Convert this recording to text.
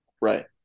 Right